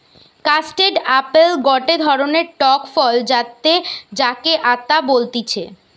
custard apple গটে ধরণের টক ফল যাতে যাকে আতা বলতিছে